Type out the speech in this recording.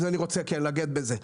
אני רוצה לגעת בזה.